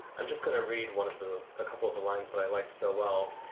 i'm just going to read one of the a couple of the lines that i liked so well,